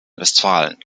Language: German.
westfalen